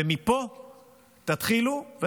ומפה תתחילו.